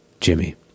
Jimmy